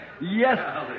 Yes